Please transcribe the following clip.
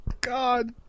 God